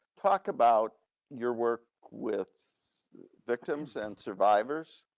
talk about your work with victims and survivors?